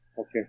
Okay